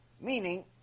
Meaning